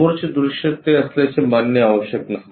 समोरचे दृश्य ते असल्याचे मानणे आवश्यक नाही